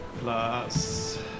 plus